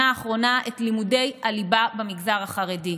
האחרונה את לימודי הליבה במגזר החרדי.